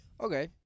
Okay